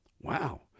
Wow